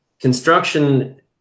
construction